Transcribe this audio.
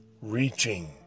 reaching